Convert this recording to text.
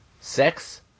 Sex